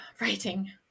writing